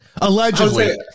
allegedly